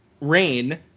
Rain